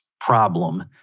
problem